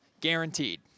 guaranteed